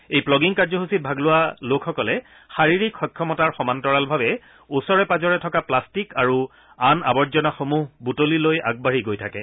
এই গ্লগিং কাৰ্যসূচীত ভাগ লোৱা লোকসকলে শাৰীৰিক সক্ষমতাৰ সমান্তৰালভাৱে ওচৰে পাজৰে পৰি থকা প্লাট্টিক আৰু আন আৱৰ্জনাসমূহ বুটলি লৈ আগবাঢ়ি গৈ থাকে